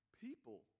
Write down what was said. people